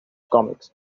comics